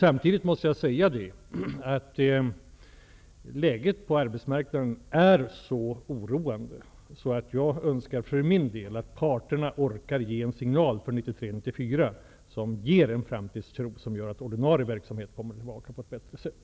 amtidigt måste jag säga att läget på arbetsmarknaden är så oroande att jag för min del önskar att parterna orkar ge en signal för 1993/94 som ger en framtidstro som gör att ordinarie verksamhet kommer tillbaka på ett bättre sätt.